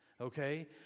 okay